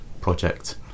project